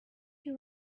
you